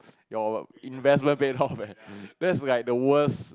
your investment paid off eh that's like the worst